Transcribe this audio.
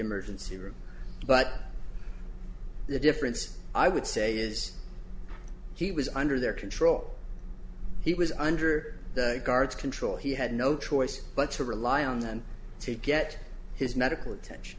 emergency room but the difference i would say is he was under their control he was under guard control he had no choice but to rely on them to get his medical attention